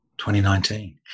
2019